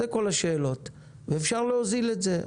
זה כל השאלות ואפשר להוזיל את זה,